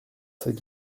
cette